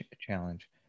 challenge